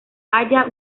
aya